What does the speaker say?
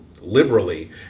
liberally